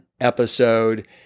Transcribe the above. episode